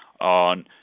on –